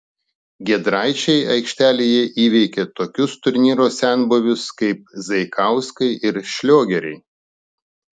giedraičiai aikštelėje įveikė tokius turnyro senbuvius kaip zaikauskai ir šliogeriai